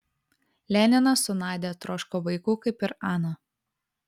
leninas su nadia troško vaikų kaip ir ana